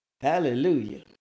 Hallelujah